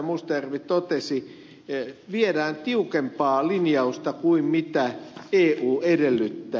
mustajärvi totesi että viedään tiukempaa linjausta kuin mitä eu edellyttää